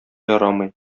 ярамый